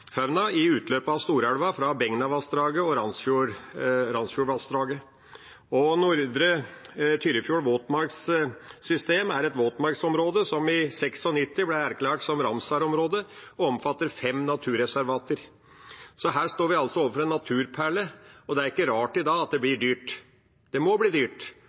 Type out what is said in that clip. Nordre Tyrifjorden våtmarkssystem er et våtmarksområde som i 1996 ble erklært som Ramsar-område, og omfatter fem naturreservater. Her står vi altså overfor en naturperle, og det er ikke rart at det blir dyrt. Det må bli dyrt,